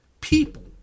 people